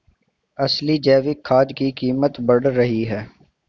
असली जैविक खाद की कीमत बढ़ रही है